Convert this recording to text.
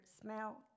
smell